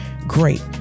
great